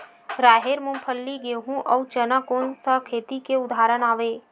राहेर, मूंगफली, गेहूं, अउ चना कोन सा खेती के उदाहरण आवे?